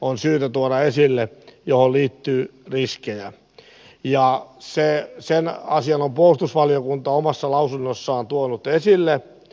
on syytä tuoda esille ainoastaan yksi seikka johon liittyy riskejä ja sen asian on puolustusvaliokunta omassa lausunnossaan tuonut esille